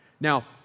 Now